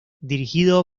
dirigido